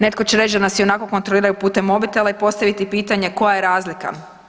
Netko će reći da nas ionako kontroliraju putem mobitela i postaviti pitanje koja je razlika.